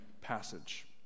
passage